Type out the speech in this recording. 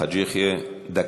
חאג' יחיא, דקה.